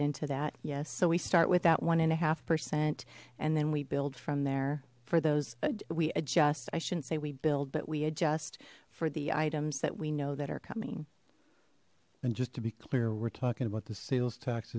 into that yes so we start with that one and a half percent and then we build from there for those we adjust i shouldn't say we build but we adjust for the items that we know that are coming and just to be clear we're talking about the sales